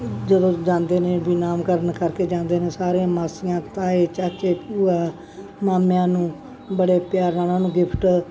ਜਦੋਂ ਜਾਂਦੇ ਨੇ ਵੀ ਨਾਮਕਰਨ ਕਰਕੇ ਜਾਂਦੇ ਨੇ ਸਾਰੇ ਮਾਸੀਆਂ ਤਾਏ ਚਾਚੇ ਭੂਆ ਮਾਮਿਆਂ ਨੂੰ ਬੜੇ ਪਿਆਰ ਨਾਲ ਉਹਨਾਂ ਨੂੰ ਗਿਫਟ